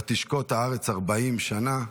ותשקוט הארץ ארבעים שנה".